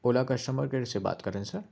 اولا customer care سے بات کر رہے ہیں سر